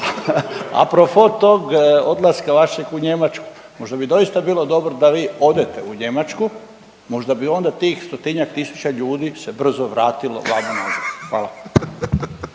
Apropo tog odlaska vašeg u Njemačku, možda bi doista bilo dobro da vi odete u Njemačku, možda bi onda tih stotinjak tisuća ljudi se brzo vratilo vamo nazad. Hvala.